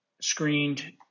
screened